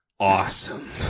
awesome